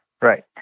Right